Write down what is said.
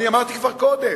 אני אמרתי כבר קודם: